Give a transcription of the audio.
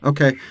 Okay